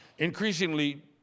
Increasingly